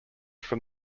from